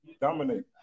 Dominate